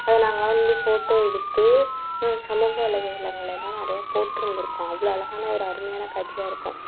அதை நாங்களான் வந்து ஃபோட்டோ எடுத்து சமூக வலைதளங்கலேலாம் நிறையா போட்டு இருந்திருக்கோம் அவ்வளோ அழகான அருமையான காட்சியாக இருக்கும்